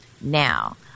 Now